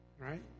Right